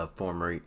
former